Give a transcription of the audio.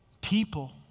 people